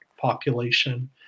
population